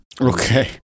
Okay